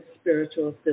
spiritual